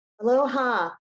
Aloha